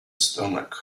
stomach